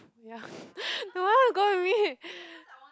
ya no one go with me